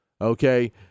Okay